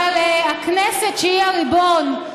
אבל הכנסת, שהיא הריבון,